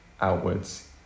outwards